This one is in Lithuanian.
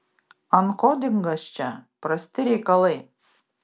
ankodingas čia prasti reikalai